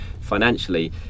financially